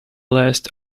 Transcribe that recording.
last